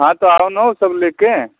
हाँ तो आओ ना वो सब ले कर